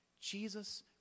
Jesus